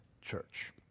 church